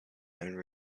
and